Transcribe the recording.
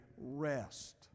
rest